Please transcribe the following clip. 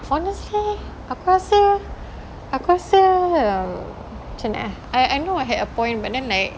honestly aku rasa aku rasa macam mana I I know I had a point but then like